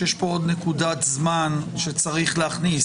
יש פה עוד נקודת זמן שצריך להכניס.